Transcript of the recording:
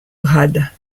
grade